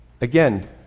again